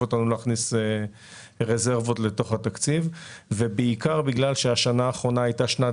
אותנו להכניס רזרבות לתוך התקציב - ובעיקר בגלל שהשנה האחרונה הייתה שנת